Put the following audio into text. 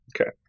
Okay